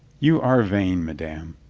you are vain, ma dame.